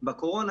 בתקופת הקורונה,